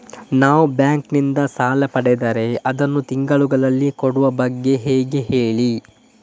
ನಾವು ಬ್ಯಾಂಕ್ ನಿಂದ ಸಾಲ ಪಡೆದರೆ ಅದನ್ನು ತಿಂಗಳುಗಳಲ್ಲಿ ಕೊಡುವ ಬಗ್ಗೆ ಹೇಗೆ ಹೇಳಿ